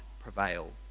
prevail